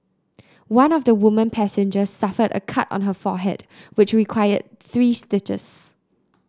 one of the woman passengers suffered a cut on her forehead which required three stitches